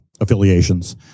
affiliations